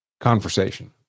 conversation